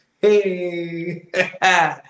Hey